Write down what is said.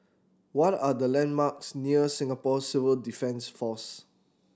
what are the landmarks near Singapore Civil Defence Force